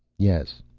yes,